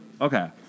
Okay